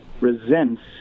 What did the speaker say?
resents